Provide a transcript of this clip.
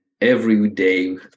everyday